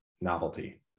novelty